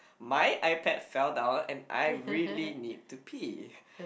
my iPad fell down and I really need to pee